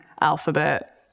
Alphabet